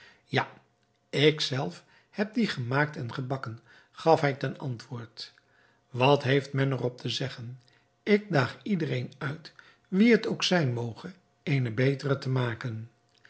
ja ik zelf heb die gemaakt en gebakken gaf hij ten antwoord wat heeft men er op te zeggen ik daag iedereen uit wie het ook zijn moge eene betere te maken